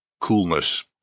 coolness